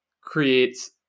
creates